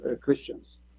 Christians